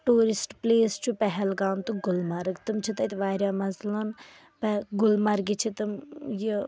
tourist place چھُ پہلگام تہٕ گُلمَرگ تِم چھِ تَتہِ واریاہ مَزٕ تُلان پہل گُلمرٕگہِ چھِ تِم یہِ